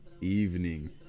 evening